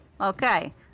Okay